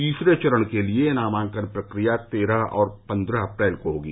तीसरे चरण के लिए नामांकन प्रक्रिया तेरह और पन्द्रह अप्रैल को होगी